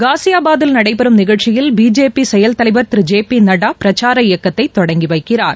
காஸியாபாத்தில் நடைபெறும் நிகழ்ச்சியில் பிஜேபி செயல் தலைவர் திரு ஜே பி நட்டா பிரக்சார இயக்கத்தை தொடங்கி வைக்கிறார்